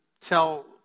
tell